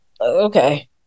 Okay